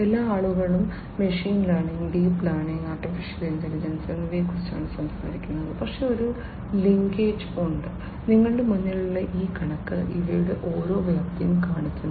എല്ലാ ആളുകളും machine learning deep learning artificial intelligence എന്നിവയെക്കുറിച്ചാണ് സംസാരിക്കുന്നത് പക്ഷേ ഒരു ലിങ്കേജ് ഉണ്ട് നിങ്ങളുടെ മുന്നിലുള്ള ഈ കണക്ക് ഇവയുടെ ഓരോ വ്യാപ്തിയും കാണിക്കുന്നു